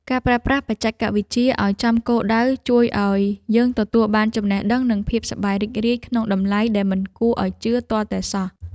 ការប្រើប្រាស់បច្ចេកវិទ្យាឱ្យចំគោលដៅជួយឱ្យយើងទទួលបានចំណេះដឹងនិងភាពសប្បាយរីករាយក្នុងតម្លៃដែលមិនគួរឱ្យជឿទាល់តែសោះ។